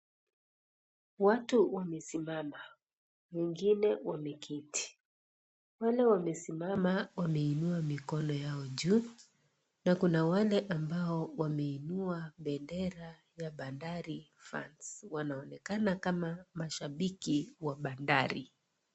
Watu wamesimama wengine wameketi wale wamesimama wameinua mikono yao juu na kuna wale ambao wameinua bendera ya Bandari fans wanaonekana kama mashabiki wa Bandari.